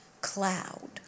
cloud